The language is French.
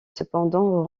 cependant